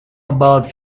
about